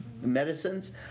medicines